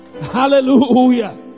Hallelujah